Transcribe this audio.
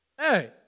hey